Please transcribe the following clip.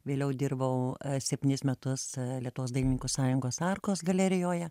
vėliau dirbau septynis metus lietuvos dailininkų sąjungos arkos galerijoje